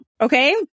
Okay